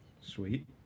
Sweet